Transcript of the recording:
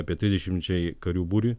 apie trisdešimčiai karių būriui